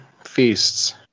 feasts